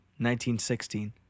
1916